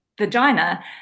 vagina